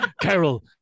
carol